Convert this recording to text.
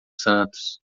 santos